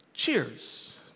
Cheers